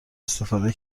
استفاده